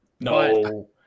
no